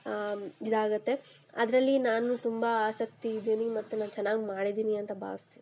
ಇದಾಗುತ್ತೆ ಅದರಲ್ಲಿ ನಾನು ತುಂಬ ಆಸಕ್ತಿ ಇದ್ದೀನಿ ಮತ್ತು ನಾನು ಚೆನ್ನಾಗಿ ಮಾಡಿದ್ದೀನಿ ಅಂತ ಭಾವಿಸ್ತೀನಿ